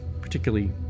particularly